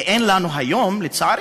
ואין לנו היום, לצערי.